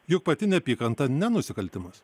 juk pati neapykanta ne nusikaltimas